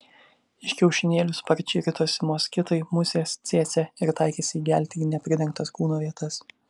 iš kiaušinėlių sparčiai ritosi moskitai musės cėcė ir taikėsi įgelti į nepridengtas kūno vietas